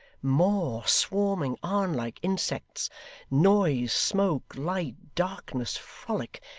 more swarming on like insects noise, smoke, light, darkness, frolic,